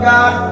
God